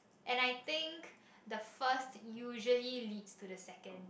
and I think the first usually leads to the second